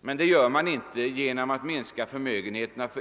Men det gör man inte genom att. minska. förmögenheterna, alltså